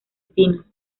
pinos